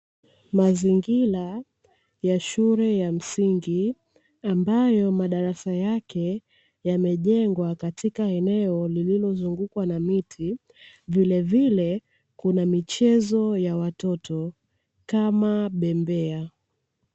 Mazingira ya shule ya msingi ambayo madarasa yake yamejengwa katika eneo lilizongukwa na miti. Vilevile kuna michezo ya watoto kama bembea.